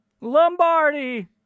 Lombardi